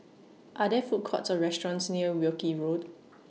Are There Food Courts Or restaurants near Wilkie Road